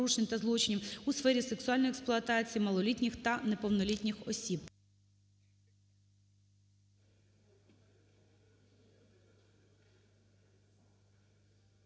у сфері сексуальної експлуатації малолітніх та неповнолітніх осіб.